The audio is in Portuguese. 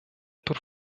por